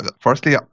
firstly